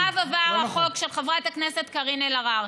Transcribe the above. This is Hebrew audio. ואחריו עבר החוק של חברת הכנסת קארין אלהרר.